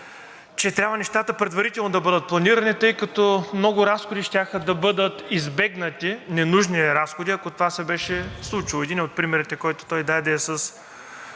че трябва нещата предварително да бъдат планирани, тъй като много разходи щяха да бъдат избегнати, ненужни разходи, ако това се беше случило. Единият от примерите, които той даде, е с